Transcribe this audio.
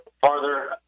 farther